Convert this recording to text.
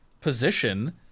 position